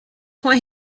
why